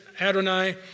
Adonai